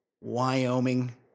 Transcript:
Wyoming